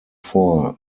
vor